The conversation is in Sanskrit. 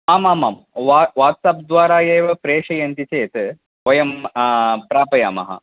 आमामां वाट्सप् द्वारा एव प्रेषयन्ति चेत् वयं प्रापयामः